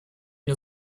мне